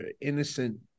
innocent